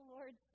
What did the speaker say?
Lord